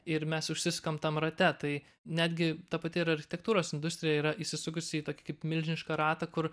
ir mes užsisukam tam rate tai netgi ta pati ir architektūros industrija yra įsisukusi į tokį kaip milžinišką ratą kur